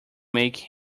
make